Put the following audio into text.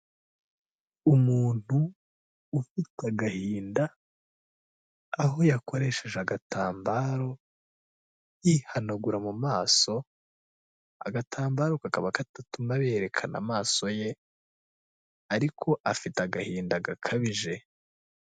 Umuntu ufite agahinda aho yakoresheje agatambaro yihanagura mu maso, agatambaro kakaba kadatuma yerekana amaso ye ariko afite agahinda gakabije.